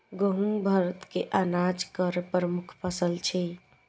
गहूम भारतक अनाज केर प्रमुख फसल छियै